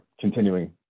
continuing